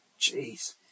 jeez